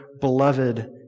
beloved